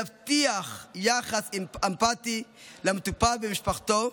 יבטיח יחס אמפתי למטופל ולמשפחתו,